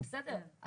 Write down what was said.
בסדר,